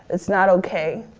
it's not okay.